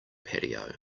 patio